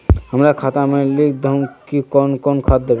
हमरा खाता में लिख दहु की कौन कौन खाद दबे?